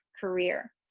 career